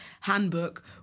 handbook